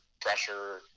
pressure